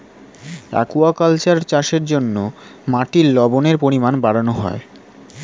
aquaculture চাষের জন্য মাটির লবণের পরিমাণ বাড়ানো হয়